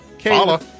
Follow